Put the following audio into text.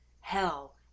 hell